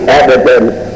evidence